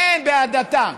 כן, בהדתה.